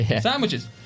Sandwiches